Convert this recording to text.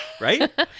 right